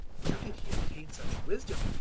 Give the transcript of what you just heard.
where did he obtain such wisdom,